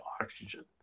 oxygen